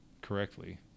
correctly